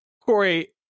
Corey